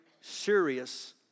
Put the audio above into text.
serious